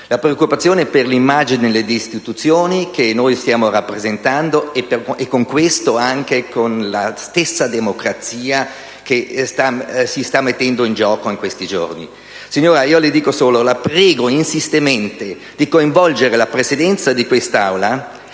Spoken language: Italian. preoccupazione per l'immagine di istituzioni che noi stiamo rappresentando, e con questo anche per la stessa democrazia, che si sta mettendo in gioco in questi giorni. Signora Presidente, la prego pressantemente di coinvolgere la Presidenza di quest'Aula,